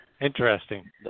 Interesting